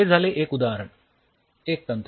हे झाले एक उदाहरण एक तंत्र